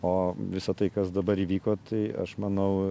o visa tai kas dabar įvyko tai aš manau